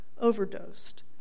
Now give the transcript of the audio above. overdosed